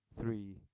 three